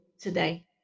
today